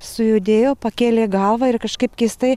sujudėjo pakėlė galvą ir kažkaip keistai